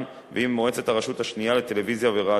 ועם מועצת הרשות השנייה לטלוויזיה ורדיו.